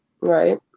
right